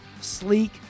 sleek